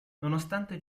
nonostante